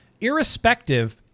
Irrespective